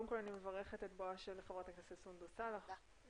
מברכת את בואה של חברת הכנסת סונדוס סאלח.